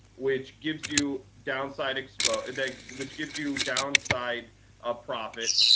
which gives you downside exposure and which gives you downside ah profit.